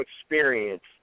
experience